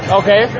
okay